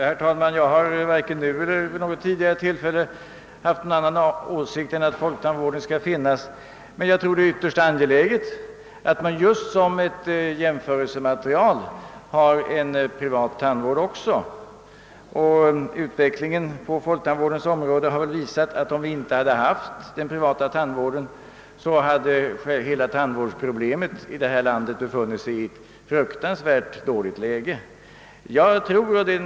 Herr talman! Jag har varken nu eller vid något tidigare tillfälle haft någon annan åsikt än att folktandvården skall finnas. Jag tror dock det är ytterst angeläget att man just som jämförelsematerial har också en privat tandvård. Utvecklingen på folktandvårdens område har väl visat att tandvården i vårt land skulle ha befunnit sig i ett fruktansvärt dåligt läge om vi inte haft den privata tandvården.